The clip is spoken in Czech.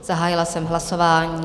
Zahájila jsem hlasování.